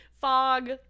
fog